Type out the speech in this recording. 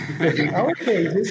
Okay